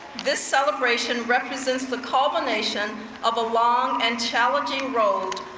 this celebration represents the culmination of a long and challenging road,